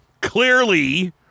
Clearly